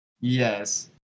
Yes